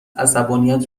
عصبانیت